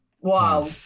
Wow